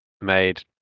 made